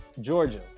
Georgia